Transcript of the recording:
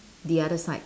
the other side